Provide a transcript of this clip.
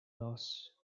laws